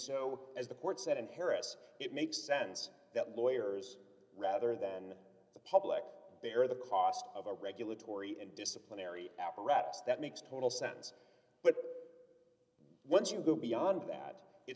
so as the court said in harris it makes sense that lawyers rather than the public bear the cost of a regulatory and disciplinary apparatus that makes total sense but once you go beyond that it